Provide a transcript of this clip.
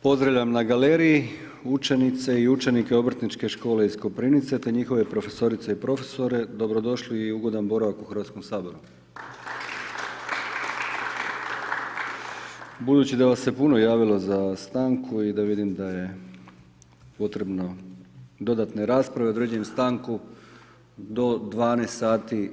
Pozdravljam na galeriji, učenice i učenike Obrtničke škole iz Koprivnice te njihove profesorice i profesore, dobrodošli i ugodan boravak u Hrvatskom saboru. … Budući da vas se puno javilo za stanku i da vidim da je potrebno dodane rasprave, određujem stanku do 12,00 sati.